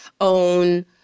own